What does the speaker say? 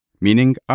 meaning